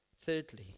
Thirdly